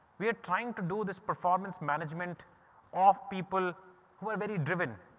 we are trying to do this performance management of people who are very driven.